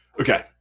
Okay